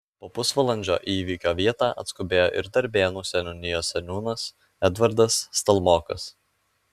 po pusvalandžio į įvykio vietą atskubėjo ir darbėnų seniūnijos seniūnas edvardas stalmokas